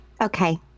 Okay